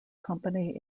company